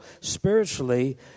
spiritually